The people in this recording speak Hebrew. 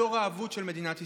הדור האבוד של מדינת ישראל.